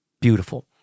beautiful